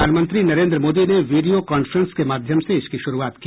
प्रधानमंत्री नरेन्द्र मोदी ने video conference के माध्यम से इसकी शुरुआत की